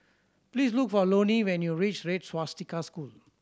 please look for Loni when you reach Red Swastika School